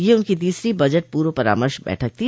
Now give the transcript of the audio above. यह उनकी तीसरी बजट पूर्व परामर्श बैठक थी